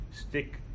stick